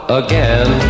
again